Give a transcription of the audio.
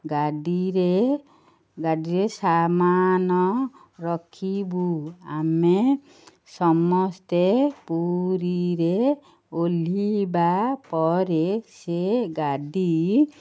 ଗାଡ଼ିରେ ଗାଡ଼ିରେ ସାମାନ ରଖିବୁ ଆମେ ସମସ୍ତେ ପୁରୀରେ ଓଲ୍ହିବା ପରେ ସେ ଗାଡ଼ି